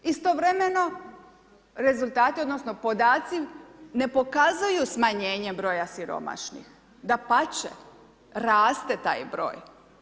Istovremeno rezultati odnosno podaci ne pokazuju smanjenje broja siromašnih, dapače, raste taj broj.